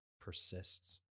persists